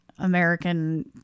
American